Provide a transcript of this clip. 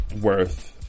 worth